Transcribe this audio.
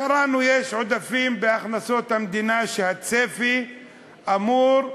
קראנו, יש עודפים בהכנסות המדינה, שהצפי אמור,